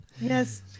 Yes